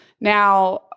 Now